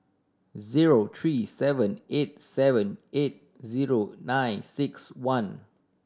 zero three seven eight seven eight zero nine six one